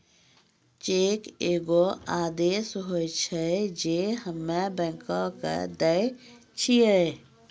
cheque एगो आदेश होय छै जे हम्मे बैंको के दै छिये